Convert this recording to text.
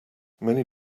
many